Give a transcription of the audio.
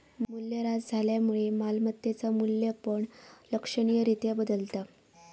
मूल्यह्रास झाल्यामुळा मालमत्तेचा मू्ल्य पण लक्षणीय रित्या बदलता